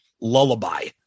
lullaby